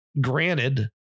Granted